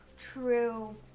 True